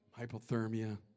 hypothermia